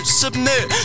submit